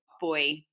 boy